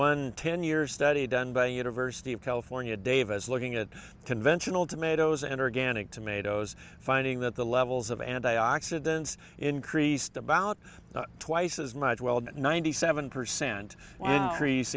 one ten years study done by the university of california davis looking at conventional tomatoes and organic tomatoes finding that the levels of antioxidants increased about twice as much wild ninety seven percent crease